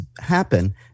happen